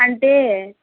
అంటే